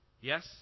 Yes